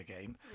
game